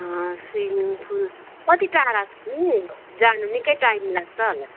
swimming pool कति टाढा छ नि जानु निकै टाइम लाग्छ होला